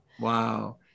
Wow